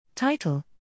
Title